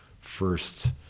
first